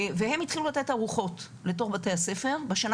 והם התחילו לתת ארוחות לבתי הספר ובשנה